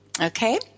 okay